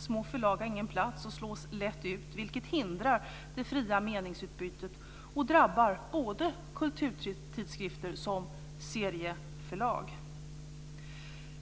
Små förlag har ingen plats och slås lätt ut, vilket hindrar det fria meningsutbytet och drabbar både kulturtidskrifter och serieförlag.